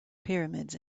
pyramids